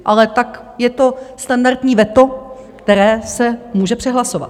Ale tak je to standardní veto, které se může přehlasovat.